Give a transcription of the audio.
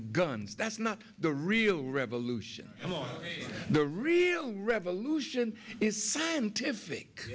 guns that's not the real revolution the real revolution is scientific